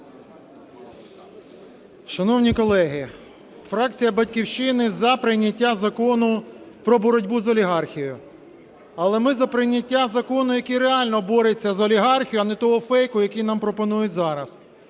Шановні колеги! Фракція "Батьківщини" за прийняття Закону про боротьбу з олігархією. Але ми за прийняття закону, який реально бореться з олігархією, а не того фейку, який нам пропонують зараз.